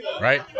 right